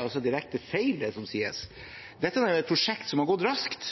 altså direkte feil, det som sies. Dette er jo et prosjekt som har gått raskt.